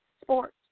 sports